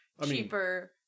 cheaper